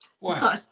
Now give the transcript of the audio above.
Wow